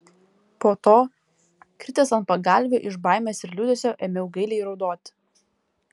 po to kritęs ant pagalvių iš baimės ir liūdesio ėmiau gailiai raudoti